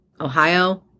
Ohio